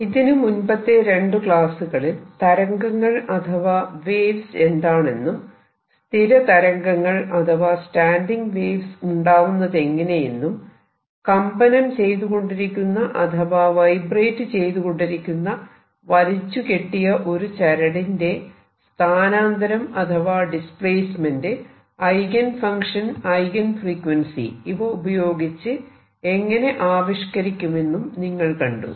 ഇതിനു മുൻപത്തെ രണ്ടു ക്ലാസ്സുകളിൽ തരംഗങ്ങൾ അഥവാ വേവ്സ് എന്താണെന്നും സ്ഥിര തരംഗങ്ങൾ അഥവാ സ്റ്റാൻഡിങ് വേവ്സ് ഉണ്ടാവുന്നതെങ്ങനെയെന്നും കമ്പനം ചെയ്തുകൊണ്ടിരിക്കുന്ന അഥവാ വൈബ്രേറ്റ് ചെയ്തുകൊണ്ടിരിക്കുന്ന വലിച്ചു കെട്ടിയ ഒരു ചരടിന്റെ സ്ഥാനാന്തരം അഥവാ displacement eigen function eigen frequency ഇവ ഉപയോഗിച്ച് എങ്ങനെ ആവിഷ്കരിക്കുമെന്നും നിങ്ങൾ കണ്ടു